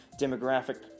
demographic